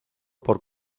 por